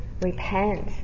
repent